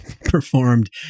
performed